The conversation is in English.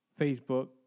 Facebook